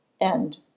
End